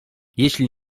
jeżeli